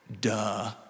duh